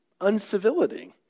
uncivility